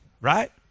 right